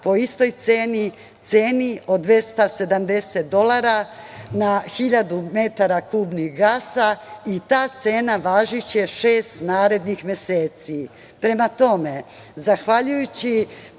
po istoj ceni, ceni od 270 dolara na hiljadu metara kubnih gasa i ta cena važiće šest narednih meseci. Prema tome, zahvaljujući